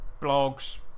blogs